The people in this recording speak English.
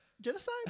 genocide